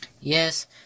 Yes